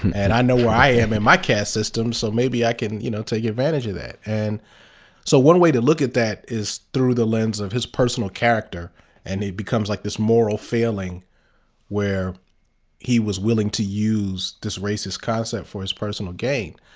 and i know where i am in my caste system so maybe i can, you know, take advantage of that. and so one way to look at that is through the lens of his personal character and it becomes like this moral failing where he was willing to use this racist concept for his personal gain.